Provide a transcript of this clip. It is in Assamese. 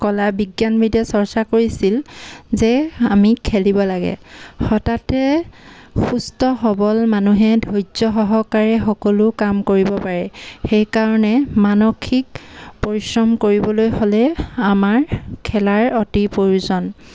কলা বিজ্ঞানবিদে চৰ্চা কৰিছিল যে আমি খেলিব লাগে হঠাতে সুস্থ সবল মানুহে ধৈৰ্য্য় সহকাৰে সকলো কাম কৰিব পাৰে সেইকাৰণে মানসিক পৰিশ্ৰম কৰিবলৈ হ'লে আমাৰ খেলাৰ অতি প্ৰয়োজন